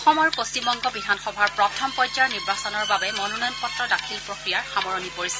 অসম আৰু পশ্চিমবঙ্গ বিধানসভাৰ প্ৰথম পৰ্য্যায়ৰ নিৰ্বাচনৰ বাবে মনোনয়ন পত্ৰ দাখিল প্ৰক্ৰিয়াৰ সামৰণি পৰিছে